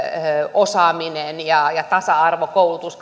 osaaminen tasa arvo koulutus